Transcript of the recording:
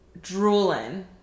drooling